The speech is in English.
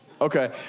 Okay